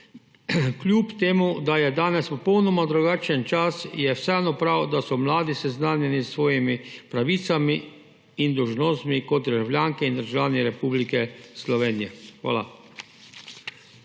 Kljub temu da je danes popolnoma drugačen čas, je vseeno prav, da so mladi seznanjeni s svojimi pravicami in dolžnostmi kot državljanke in državljani Republike Slovenije. Hvala.